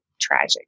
tragic